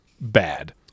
bad